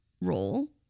role